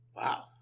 Wow